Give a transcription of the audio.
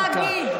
יש לי מה להגיד.